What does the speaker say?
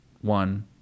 one